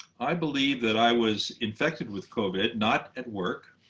i believe that i was infected with covid not at work,